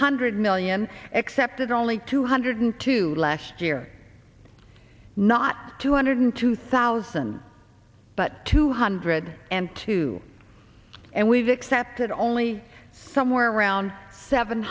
hundred million except it only two hundred two last year not two hundred two thousand but two hundred and two and we've accepted only somewhere around seven